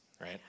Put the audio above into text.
right